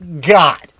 God